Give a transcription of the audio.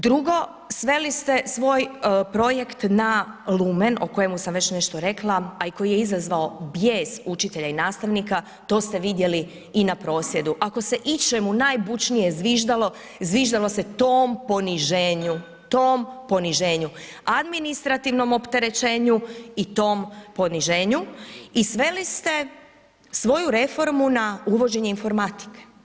Drugo, sveli ste svoj projekt na lumen o kojemu sam već nešto rekla, a i koji je izazvao bijes učitelja i nastavnika, to ste vidjeli i na prosvjedu, ako se ičemu najbučnije zviždalo, zviždalo se tom poniženju, tom poniženju, administrativnom opterećenju i tom poniženju i sveli ste svoju reformu na uvođenje informatike.